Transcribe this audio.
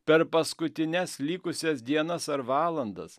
per paskutines likusias dienas ar valandas